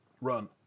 run